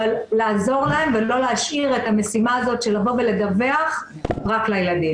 אבל לעזור להם ולא להשאיר את המשימה הזאת של לבוא ולדווח רק לילדים.